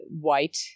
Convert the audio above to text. white